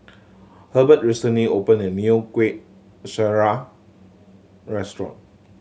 Herbert recently opened a new Kueh Syara restaurant